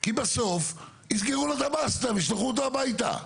כי בסוף יסגרו לו את הבסטה וישלחו אותו הביתה.